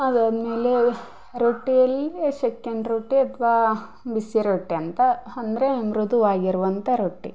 ಅದಾದ ಮೇಲೆ ರೊಟ್ಟಿಯಲ್ಲಿ ಶೆಕೆಂಡ್ ರೊಟ್ಟಿ ಅಥವಾ ಬಿಸಿ ರೊಟ್ಟಿ ಅಂತ ಅಂದ್ರೆ ಮೃದುವಾಗಿರುವಂಥ ರೊಟ್ಟಿ